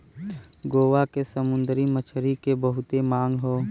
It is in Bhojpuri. गोवा के समुंदरी मछरी के बहुते मांग हौ